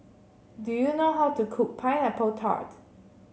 do you know how to cook Pineapple Tart